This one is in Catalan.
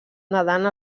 nedant